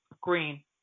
Green